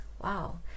Wow